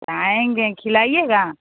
तो आएँगे खिलाइएगा